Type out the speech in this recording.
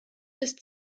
bis